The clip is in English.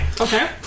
okay